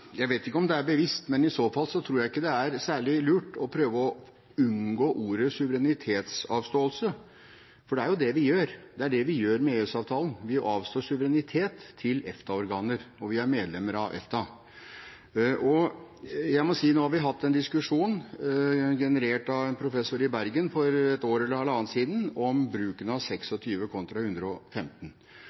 Jeg vet ikke om det er bevisst, men i så fall tror jeg ikke det er særlig lurt å prøve å unngå ordet «suverenitetsavståelse», for det er jo det vi gjør. Det er det vi gjør med EØS-avtalen. Vi avstår suverenitet til EFTA-organer, og vi er medlem av EFTA. Vi har hatt en diskusjon generert av en professor i Bergen for et år eller halvannet siden om bruken av § 26 kontra § 115.